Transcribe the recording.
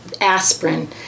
Aspirin